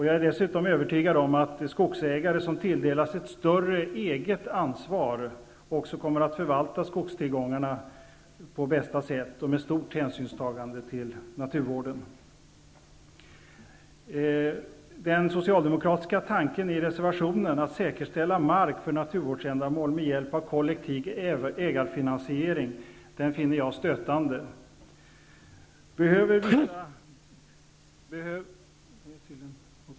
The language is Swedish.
Jag är dessutom övertygad om att skogsägare som tilldelas ett större eget ansvar också kommer att förvalta skogstillgångarna på bästa sätt och med stort hänsynstagande till naturvården. Den socialdemokratiska tanken i reservationen, att man skall säkerställa mark för naturvårdsändamål med hjälp av kollektiv ägarfinansiering, finner jag stötande.